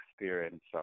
experience